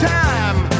time